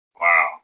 Wow